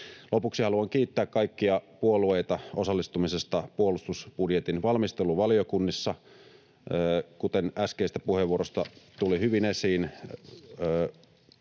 Lopuksi haluan kiittää kaikkia puolueita osallistumisesta puolustusbudjetin valmisteluun valiokunnissa. Kuten äskeisestä puheenvuorosta tuli hyvin esiin,